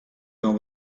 dans